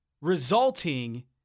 resulting